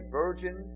virgin